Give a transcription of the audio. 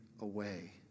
away